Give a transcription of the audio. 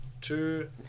Two